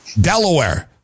Delaware